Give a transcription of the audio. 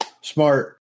Smart